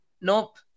nope